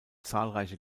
zahlreiche